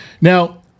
Now